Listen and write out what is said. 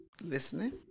Listening